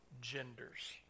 genders